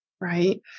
Right